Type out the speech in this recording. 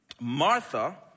martha